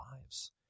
lives